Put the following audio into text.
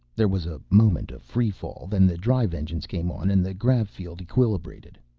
there was a moment of free-fall, then the drive engine came on and the grav-field equilibrated.